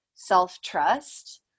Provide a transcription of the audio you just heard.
self-trust